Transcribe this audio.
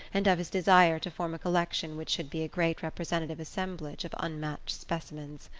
and of his desire to form a collection which should be a great representative assemblage of unmatched specimens.